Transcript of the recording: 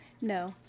No